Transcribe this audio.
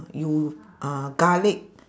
you uh garlic